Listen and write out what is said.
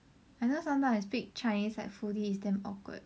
I know sometimes I speak chinese like fully is damn awkward